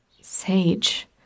Sage